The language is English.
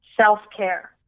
self-care